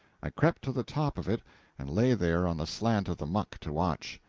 i crept to the top of it and lay there on the slant of the muck to watch.